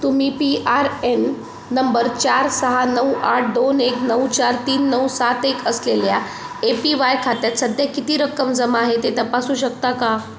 तुम्ही P R N number चार सहा नऊ आठ दोन एक नऊ चार तीन नऊ सात एक असलेल्या ए पी वाय खात्यात सध्या किती रक्कम जमा आहे ते तपासू शकता का